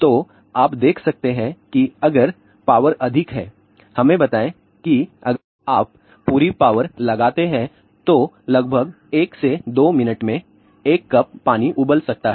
तो आप देख सकते हैं कि अगर पावर अधिक है हमें बताएं कि अगर आप पूरी पावर लगाते हैं तो लगभग 1 से 2 मिनट में एक कप पानी उबल सकता है